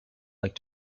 like